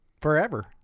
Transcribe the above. Forever